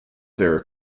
vera